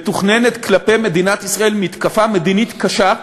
מתוכננת כלפי מדינת ישראל מתקפה מדינית קשה.